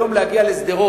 היום, להגיע לשדרות